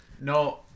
No